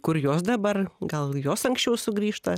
kur jos dabar gal jos anksčiau sugrįžta